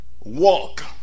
walk